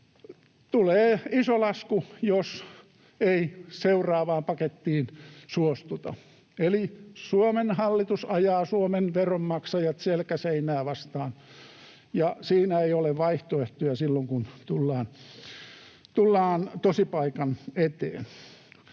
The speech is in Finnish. tulee iso lasku, jos ei seuraavaan pakettiin suostuta. Eli Suomen hallitus ajaa Suomen veronmaksajat selkä seinää vasten, ja siinä ei ole vaihtoehtoja silloin, kun tullaan tosipaikan eteen.